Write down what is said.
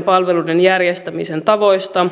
palveluiden järjestämisen tavoista